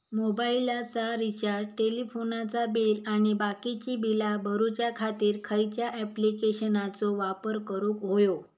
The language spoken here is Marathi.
मोबाईलाचा रिचार्ज टेलिफोनाचा बिल आणि बाकीची बिला भरूच्या खातीर खयच्या ॲप्लिकेशनाचो वापर करूक होयो?